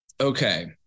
Okay